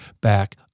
back